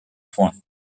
points